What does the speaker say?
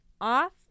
off